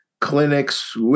clinics